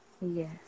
Yes